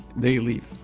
they leave.